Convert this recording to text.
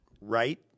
Right